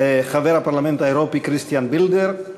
חבר הפרלמנט האירופי בסטיאן בלדר.